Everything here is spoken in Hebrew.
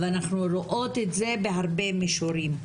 ואנחנו רואות את זה בהרבה מישורים.